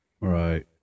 Right